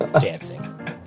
dancing